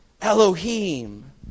Elohim